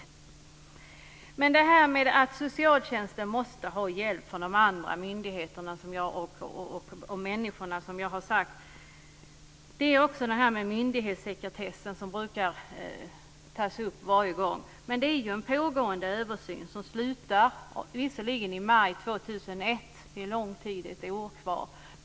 I sammanhanget som rör socialtjänstens behov av hjälp från andra myndigheter och människor brukar det här med myndighetssekretessen tas upp. Men nu pågår en översyn som avslutas i maj 2001. Det är lång tid. Det är ett år kvar.